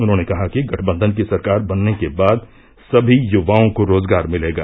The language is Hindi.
उन्होंने कहा कि गठबंधन की सरकार बनने के बाद सभी युवाओं को रोजगार मिलेगा